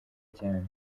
cyane